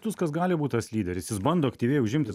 tuskas gali būti tas lyderis jis bando aktyviai užimti